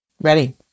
Ready